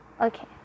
okay